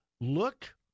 Look